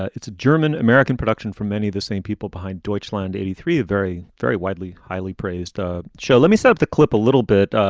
ah it's a german american production for many of the same people behind deutschland eighty three, a very, very widely, highly praised ah show. let me set up the clip a little bit.